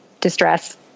distress